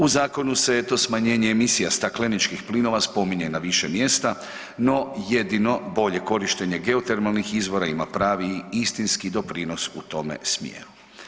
U zakonu se, eto, smanjenje emisija stakleničkih plinova spominje na više mjesta, no jedino bolje korištenje geotermalnih izvora ima pravi i istinski doprinos u tome smjeru.